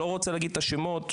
אני לא רוצה להגיד את השמות,